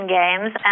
games